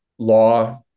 Law